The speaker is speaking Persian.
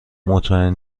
مطمئن